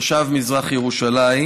תושב מזרח ירושלים,